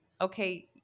okay